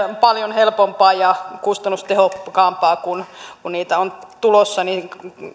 on paljon helpompaa ja kustannustehokkaampaa silloin kun niitä on tulossa niin